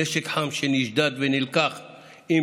נשק חם שנשדד ונלקח מתחנות המשטרה,